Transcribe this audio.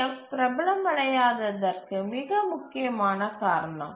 F பிரபலமடையாததற்கு மிக முக்கியமான காரணம்